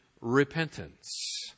repentance